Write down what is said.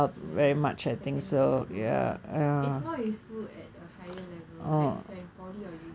ya secondary school it's more useful at a higher level like if you are in polytechnic or university